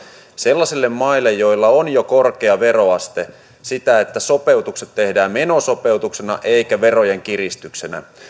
sellaisille maille joilla on jo korkea veroaste sitä että sopeutukset tehdään menosopeutuksena eikä verojen kiristyksenä